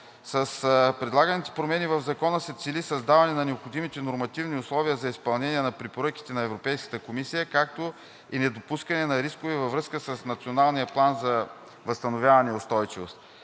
С предлаганите промени в Закона се цели създаване на необходимите нормативни условия за изпълнение на препоръките на Европейската комисия, както и недопускане на рискове във връзка с Националния план за възстановяване и устойчивост;